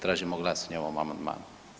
Tražimo glasanje na ovom amandmanu.